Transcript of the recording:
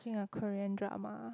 ~ching a Korean drama